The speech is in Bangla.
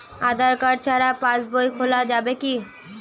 আধার কার্ড ছাড়া পাশবই খোলা যাবে কি?